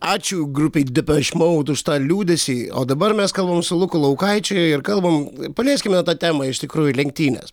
ačiū grupei depeš moud už tą liūdesį o dabar mes kalbame su luku laukaičiu ir kalbam palieskime tą temą iš tikrųjų lenktynės